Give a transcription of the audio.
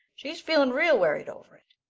she's feeling real worried over it.